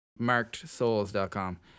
MarkedSouls.com